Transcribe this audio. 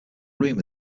room